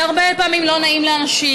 זה הרבה פעמים לא נעים לאנשים,